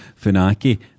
Funaki